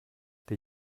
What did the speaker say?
der